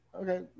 Okay